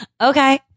Okay